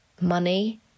Money